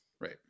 Right